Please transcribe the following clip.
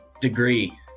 Degree